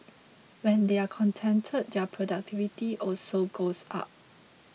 when they are contented their productivity also goes up